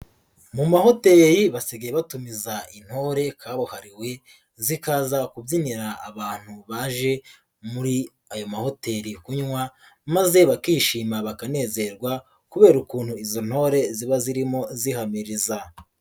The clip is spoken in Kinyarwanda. Mu mahoteli basigaye batumiza intore kabuhariwe, zikaza kubyinira abantu baje muri ayo mahoteli kunywa, maze bakishima bakanezerwa, kubera ukuntu izo ntore ziba zirimo zihamiriza.